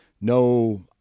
no